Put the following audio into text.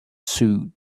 sewed